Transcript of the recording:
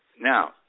Now